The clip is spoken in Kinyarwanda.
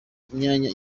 myanya